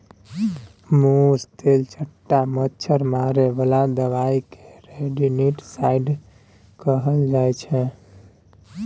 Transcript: मुस, तेलचट्टा, मच्छर मारे बला दबाइ केँ रोडेन्टिसाइड कहल जाइ छै